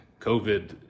COVID